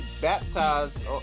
baptized